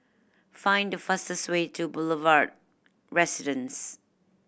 find the fastest way to Boulevard Residence